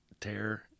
Tear